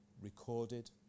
recorded